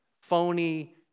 phony